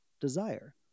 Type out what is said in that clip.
desire